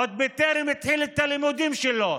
עוד טרם הוא התחיל את הלימודים שלו?